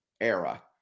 era